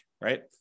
Right